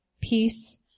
peace